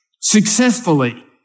successfully